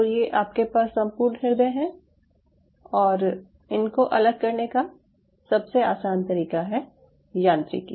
तो ये आपके पास संपूर्ण हृदय हैं और इनको अलग करने का सबसे आसान तरीका है यांत्रिकी